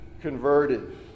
converted